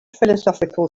philosophical